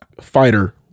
fighter